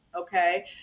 Okay